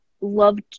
loved